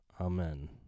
Amen